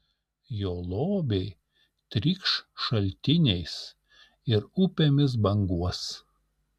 jo lobiai trykš šaltiniais ir upėmis banguos